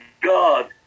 God